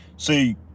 See